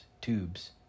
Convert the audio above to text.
tubes